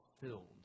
filled